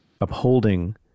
upholding